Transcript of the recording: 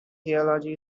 theology